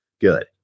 good